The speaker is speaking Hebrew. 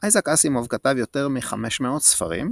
אייזק אסימוב כתב יותר מ-500 ספרים,